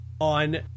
on